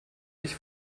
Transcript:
ich